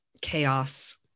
chaos